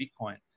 Bitcoin